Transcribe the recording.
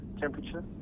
temperature